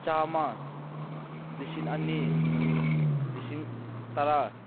ꯆꯥꯝꯃ ꯂꯤꯁꯤꯡ ꯑꯅꯤ ꯂꯤꯁꯤꯡ ꯇꯔꯥ